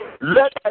Let